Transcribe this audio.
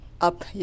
up